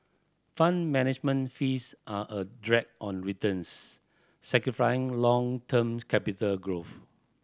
Fund Management fees are a drag on returns s long term capital growth